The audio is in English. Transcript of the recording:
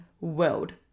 world